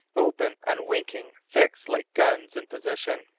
open, unwinking, fixed like guns in position.